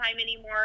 anymore